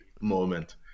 moment